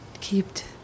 kept